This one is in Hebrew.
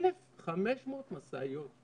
1,500 משאיות.